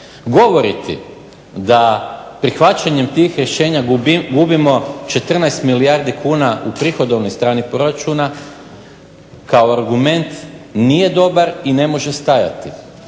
Govoriti da prihvaćanjem tih rješenja gubimo 14 milijardi kuna u prihodovnoj strani proračuna kao argument nije dobar i ne može stajati.